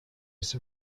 use